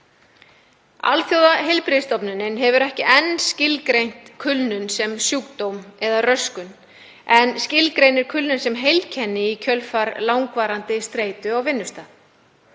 Alþjóðaheilbrigðismálastofnunin hefur ekki enn skilgreint kulnun sem sjúkdóm eða röskun en skilgreinir kulnun sem heilkenni í kjölfar langvarandi streitu á vinnustað.